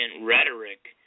rhetoric